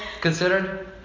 Considered